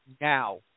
now